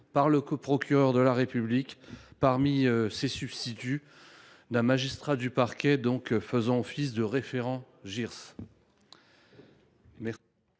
par le procureur de la République, parmi ses substituts, d’un magistrat du parquet faisant office de « référent Jirs